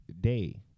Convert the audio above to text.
Day